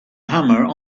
hammer